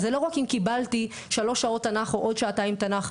אז זה לא רק אם קיבלתי שלוש שעות תנ"ך או עוד שעתיים תנ"ך,